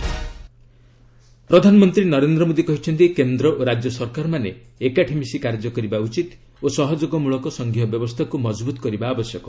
PM NITI Aayog ପ୍ରଧାନମନ୍ତ୍ରୀ ନରେନ୍ଦ୍ର ମୋଦୀ କହିଛନ୍ତି କେନ୍ଦ୍ର ଓ ରାଜ୍ୟ ସରକାରମାନେ ଏକାଠି ମିଶି କାର୍ଯ୍ୟ କରିବା ଉଚିତ ଓ ସହଯୋଗମୂଳକ ସଂଘୀୟ ବ୍ୟବସ୍ଥାକୁ ମଜବୁତ କରିବା ଆବଶ୍ୟକ